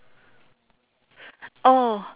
oh